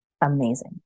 amazing